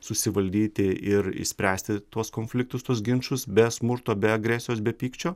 susivaldyti ir išspręsti tuos konfliktus tuos ginčus be smurto be agresijos be pykčio